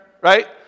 right